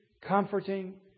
comforting